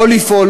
לא לפעול,